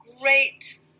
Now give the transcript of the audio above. great